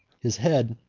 his head,